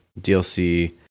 DLC